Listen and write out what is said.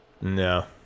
No